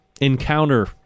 Encounter